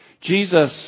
Jesus